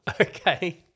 Okay